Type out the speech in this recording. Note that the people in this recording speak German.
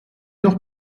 noch